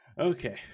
Okay